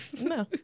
no